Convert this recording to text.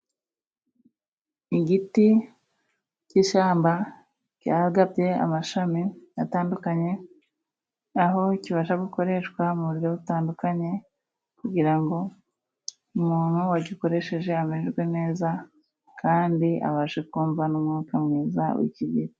Igiti cy'ishyamba ryagabye amashami atandukanye, aho kibasha gukoreshwa mu buryo butandukanye, kugira ngo umuntu wagikoresheje amererwe neza, kandi abashe kumva n'umwuka mwiza w'iki giti.